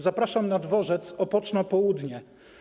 Zapraszam na dworzec Opoczno Południe.